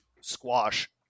squash